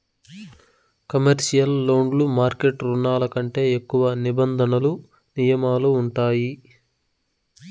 commercial లోన్లు market రుణాల కంటే ఎక్కువ నిబంధనలు నియమాలు ఉంటాయి